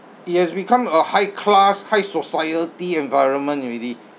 it has become a high class high society environment already